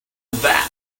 that